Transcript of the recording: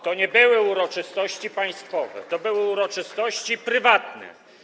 To nie były uroczystości państwowe, to były uroczystości prywatne.